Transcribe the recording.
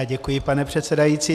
Děkuji, pane předsedající.